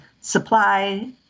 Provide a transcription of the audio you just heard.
supply